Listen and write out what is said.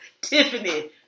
Tiffany